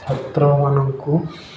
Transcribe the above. ଛାତ୍ରମାନଙ୍କୁ